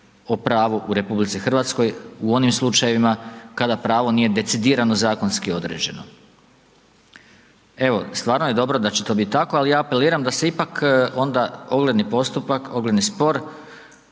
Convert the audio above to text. o pravu u RH, u onim slučajevima, kada pravo nije decidirano zakonski određeno. Evo stvarno je dobro da će to biti tako, ali ja apeliram da se ipak onda ogledni postupak, ogledni spor,